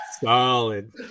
Solid